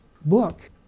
book